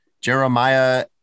Jeremiah